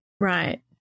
Right